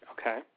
Okay